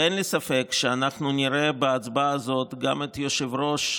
ואין לי ספק שאנחנו נראה בהצבעה הזאת גם את יושב-ראש,